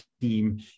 team